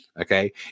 Okay